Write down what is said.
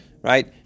Right